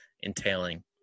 entailing